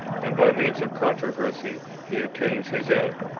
and by means of controversy he obtains his end.